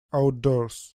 outdoors